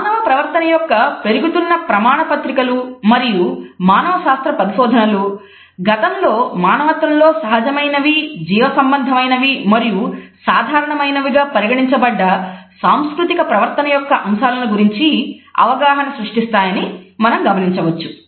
మానవ ప్రవర్తన యొక్క పెరుగుతున్న ప్రమాణ పత్రికలు మరియు మానవ శాస్త్ర పరిశోధనలు గతంలో మానవత్వంలో సహజమైనవి జీవసంబంధమైనవి మరియు సాధారణమైనవిగా పరిగణించబడ్డ సాంస్కృతిక ప్రవర్తన యొక్క అంశాల గురించి అవగాహనను సృష్టిస్తున్నాయని మనం గమనించవచ్చు